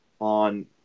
on